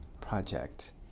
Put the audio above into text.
project